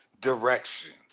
direction